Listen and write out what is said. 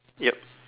yup